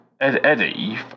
Eddie